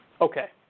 Okay